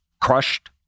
crushed